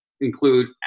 include